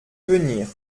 venir